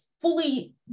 fully